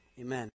amen